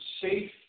safe